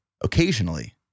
occasionally